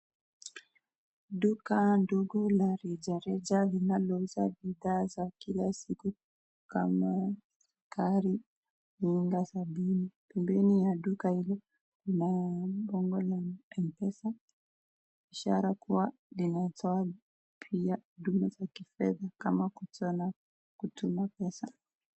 Duka ndogo la reja reja linalouza bidhaa za kila siku kama sukari, unga, sabuni mbeleni mwa duka hili kuna bango la mpesa, ishara linatoa pia huduma za kifedha kama kutoa na kutuma pesa.